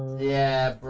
yeah